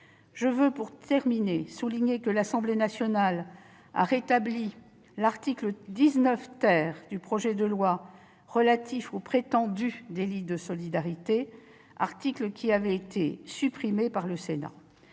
Je veux, pour terminer, souligner que l'Assemblée nationale a rétabli l'article 19 du projet de loi relatif au prétendu « délit de solidarité », article qui avait été supprimé par le Sénat.